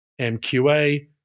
MQA